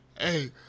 Hey